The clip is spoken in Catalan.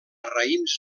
raïms